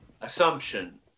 assumption